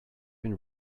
been